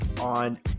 on